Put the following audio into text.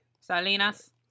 Salinas